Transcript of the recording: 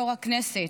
יו"ר הכנסת,